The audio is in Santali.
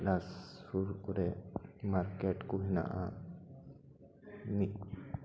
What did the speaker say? ᱤᱱᱰᱟᱥ ᱥᱩᱨ ᱠᱚᱨᱮ ᱢᱟᱨᱠᱮᱴ ᱠᱚ ᱦᱮᱱᱟᱜᱼᱟ ᱢᱤᱫ